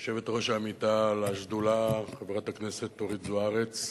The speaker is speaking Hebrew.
יושבת-ראש עמיתה לשדולה, חברת הכנסת אורית זוארץ,